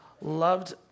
Loved